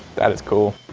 that is cool.